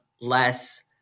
less